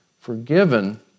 forgiven